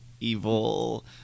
evil